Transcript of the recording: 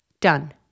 Done